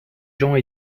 gens